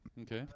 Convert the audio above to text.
Okay